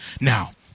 now